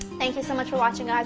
thank you so much for watching, ah